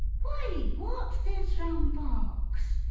why what's this round box?